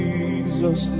Jesus